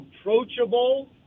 approachable